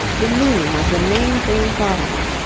the meaning was the main thing thought of.